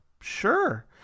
sure